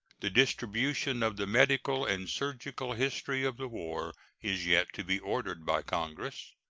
the distribution of the medical and surgical history of the war is yet to be ordered by congress.